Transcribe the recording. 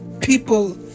people